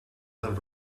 del